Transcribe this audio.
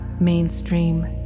mainstream